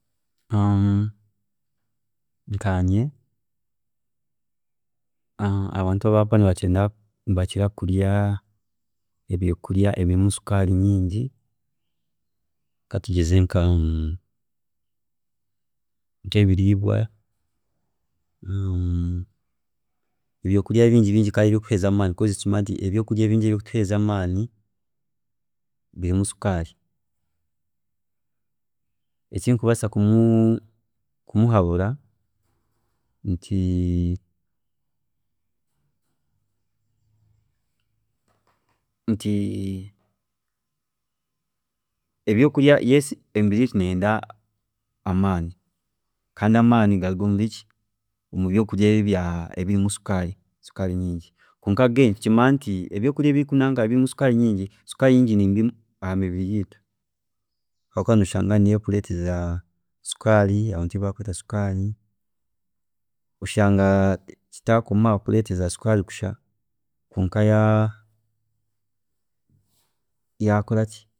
Nkanye, abantu abari kukira kuba nibakira nibakira ebyokurya ebirimu sukaari nyingi katugeze nka nk'ebiriibwa ebyokurya bingi ebiri kuheereza amaani habwokuba kimanye nti ebyokurya bingi bingi kandi ebiri kutuheereza amaani birimu sukaari eki ndikubaasa kumuhabura nti- nti ebyokurya yes emibiri yeitu neyenda amaani kandi amaani nigaruga omuri ki, omubyokurya ebi ebirimu sukaari, sukaari nyingi kwonka again nitukimanya nti ebyokurya ebyo ebirimu sukaari nyingi sukaari nyingi nimbi ahamibiri yeitu, habwokuba noshanga nibyo bir kureetereza sukaari abantu eyi bakweeta sukaari oshanga bitakumuha kureetereza sukaari kusha kwonka ya- yakoraki.